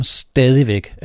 stadigvæk